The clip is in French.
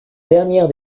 dernière